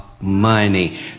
money